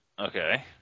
Okay